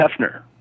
Hefner